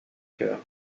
chœur